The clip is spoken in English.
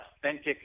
authentic